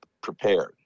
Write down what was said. prepared